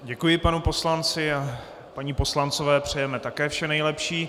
Děkuji panu poslanci a paní poslancové přejeme také vše nejlepší.